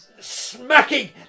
smacking